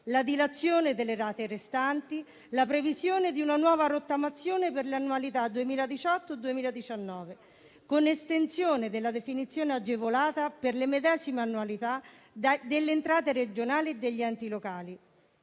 la dilazione delle rate restanti, la previsione di una nuova rottamazione per le annualità 2018-2019, con l'estensione della definizione agevolata per le medesime annualità delle entrate regionali e degli enti locali,